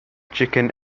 chicken